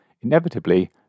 inevitably